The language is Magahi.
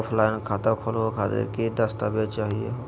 ऑफलाइन खाता खोलहु खातिर की की दस्तावेज चाहीयो हो?